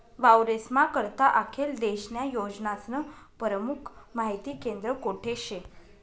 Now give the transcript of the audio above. वावरेस्ना करता आखेल देशन्या योजनास्नं परमुख माहिती केंद्र कोठे शे?